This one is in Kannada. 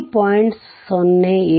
ಆದ್ದರಿಂದ RNorton5x24252423